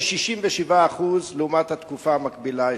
של 67% לעומת התקופה המקבילה אשתקד.